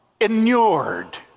inured